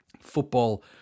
football